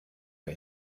wer